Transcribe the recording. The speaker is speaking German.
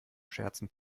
scherzen